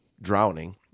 drowning